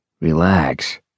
Relax